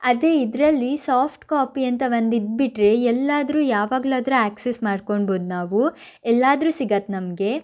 ಅದೇ ಇದರಲ್ಲಿ ಸಾಫ್ಟ್ಕಾಪಿ ಅಂತ ಒಂದು ಇದ್ದುಬಿಟ್ಟರೆ ಎಲ್ಲಾದರೂ ಯಾವಾಗಲಾದ್ರೂ ಆ್ಯಕ್ಸೆಸ್ ಮಾಡ್ಕೊಳ್ಬೋದು ನಾವು ಎಲ್ಲಾದರೂ ಸಿಗುತ್ತೆ ನಮಗೆ